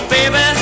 Baby